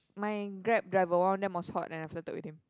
my Grab driver one of them was hot and I photo with him